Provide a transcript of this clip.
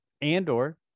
Andor